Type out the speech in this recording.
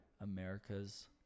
America's